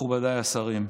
מכובדיי השרים,